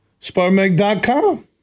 Sparmeg.com